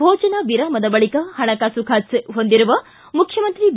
ಭೋಜನ ವಿರಾಮದ ಬಳಿಕ ಹಣಕಾಸು ಖಾತೆ ಹೊಂದಿರುವ ಮುಖ್ಯಮಂತ್ರಿ ಬಿ